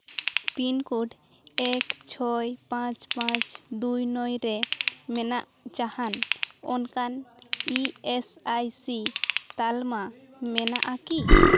pin code ᱮᱠ ᱪᱷᱚᱭ ᱯᱟᱸᱪ ᱯᱟᱸᱪ ᱫᱩᱭ ᱱᱚᱭ ᱨᱮ ᱢᱮᱱᱟᱜ ᱡᱟᱦᱟᱱ ᱚᱱᱠᱟᱱ ᱤ ᱮᱥ ᱟᱭ ᱥᱤ ᱛᱟᱞᱢᱟ ᱢᱮᱱᱟᱜᱼᱟ ᱠᱤ